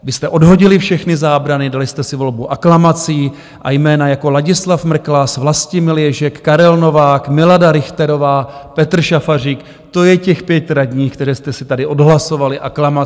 Vy jste odhodili všechny zábrany, dali jste si volbu aklamací a jména jako Ladislav Mrklas, Vlastimil Ježek, Karel Novák, Milada Richterová, Petr Šafařík, to je těch pět radních, které jste si tady odhlasovali aklamací.